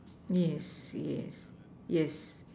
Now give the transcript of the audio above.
yes yes yes